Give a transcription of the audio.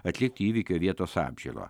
atlikti įvykio vietos apžiūrą